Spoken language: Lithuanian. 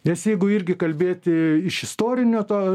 nes jeigu irgi kalbėti iš istorinio to